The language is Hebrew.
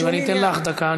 אבל אם אני אתן לך דקה,